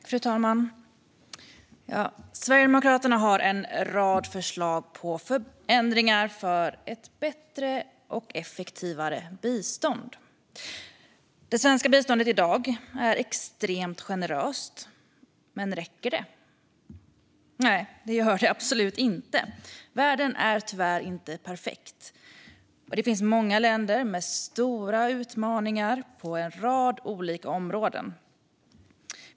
Fru talman! Sverigedemokraterna har en rad förslag på förändringar för ett bättre och effektivare bistånd. Det svenska biståndet i dag är extremt generöst, men räcker det? Nej, det gör det absolut inte. Världen är tyvärr inte perfekt, och det finns många länder med stora utmaningar på en rad olika områden.